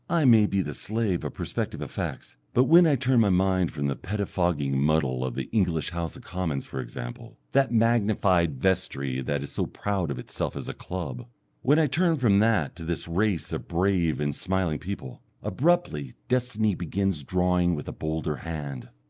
i may be the slave of perspective effects, but when i turn my mind from the pettifogging muddle of the english house of commons, for example, that magnified vestry that is so proud of itself as a club when i turn from that to this race of brave and smiling people, abruptly destiny begins drawing with a bolder hand.